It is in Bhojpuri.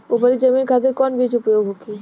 उपरी जमीन खातिर कौन बीज उपयोग होखे?